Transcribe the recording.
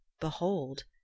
behold